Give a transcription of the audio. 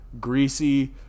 greasy